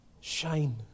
shine